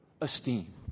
esteem